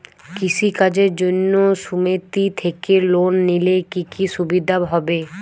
কৃষি কাজের জন্য সুমেতি থেকে লোন নিলে কি কি সুবিধা হবে?